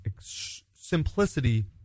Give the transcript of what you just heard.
simplicity